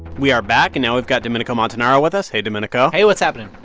we are back. and now we've got domenico montanaro with us. hey, domenico hey, what's happening?